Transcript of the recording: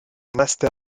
master